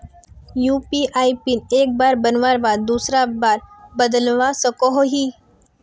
UPI PIN एक बार बनवार बाद दूसरा बार बदलवा सकोहो ही?